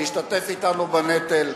להשתתף אתנו בנטל.